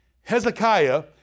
Hezekiah